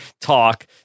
talk